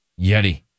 Yeti